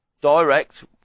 direct